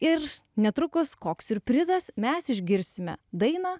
ir netrukus koks siurprizas mes išgirsime dainą